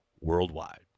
worldwide